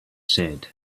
said